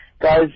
guys